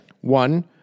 One